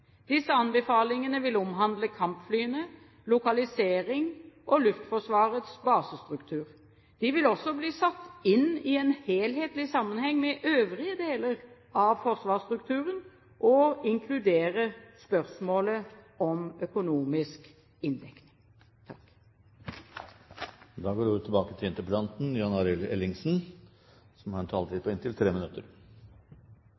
Disse anbefalingene vil omhandle kampflyene, lokalisering og Luftforsvarets basestruktur. De vil også bli satt inn i en helhetlig sammenheng med øvrige deler av forsvarsstrukturen og inkludere spørsmålet om økonomisk inndekning. Med all mulig respekt for statsrådens svar var det vel som